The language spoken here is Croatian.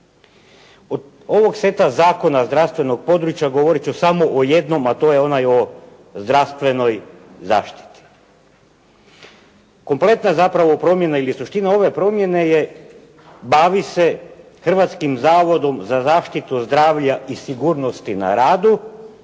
Od ovoga seta zakona zdravstvenog područja govoriti ću samo o jednom a to je onaj o zdravstvenoj zaštiti. Kompletna zapravo promjena ili suština ove promjene je bavi se Hrvatskim zavodom za zaštitu zdravlja i sigurnosti na radu